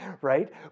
Right